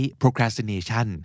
procrastination